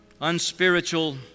unspiritual